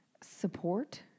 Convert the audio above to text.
Support